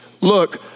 look